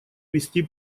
вести